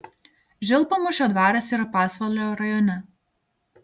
žilpamūšio dvaras yra pasvalio rajone